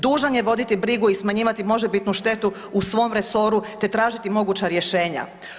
Dužan je voditi brigu i smanjivati možebitnu štetu u svom resoru te tražiti moguća rješenja.